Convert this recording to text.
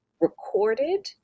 recorded